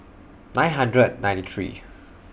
nine hundred ninety three